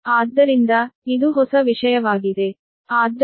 ಇದು ಹೊಸ ವಿಷಯವಾಗಿದೆ